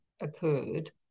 occurred